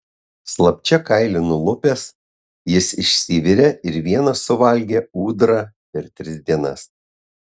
slapčia kailį nulupęs jis išsivirė ir vienas suvalgė ūdrą per tris dienas